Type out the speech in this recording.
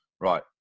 Right